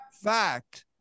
fact